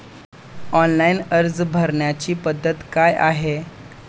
Online अर्ज भरण्याची पद्धत काय आहे?